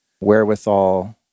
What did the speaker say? wherewithal